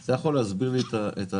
אתה יכול להסביר לי את השיטה?